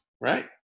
Right